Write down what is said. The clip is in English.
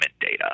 data